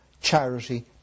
charity